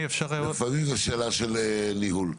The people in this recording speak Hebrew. לפעמים זו שאלה של ניהול.